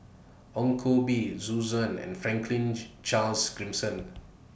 Ong Koh Bee Zhu and Franklin Charles